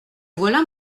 voilà